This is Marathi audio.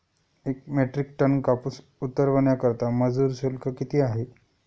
एक मेट्रिक टन कापूस उतरवण्याकरता मजूर शुल्क किती आहे?